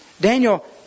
Daniel